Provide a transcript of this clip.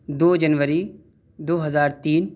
دو جنوری دو ہزار تین